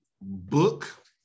book